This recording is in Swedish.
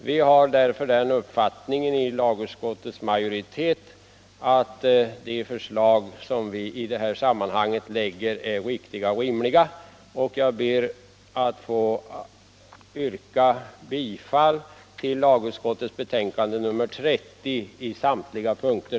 Vi har därför den uppfattningen inom lagutskottets majoritet att de förslag som vi i det här sammanhanget lägger fram är riktiga och rimliga. Herr talman! Jag ber att få yrka bifall till lagutskottets hemställan på samtliga punkter.